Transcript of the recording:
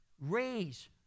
raise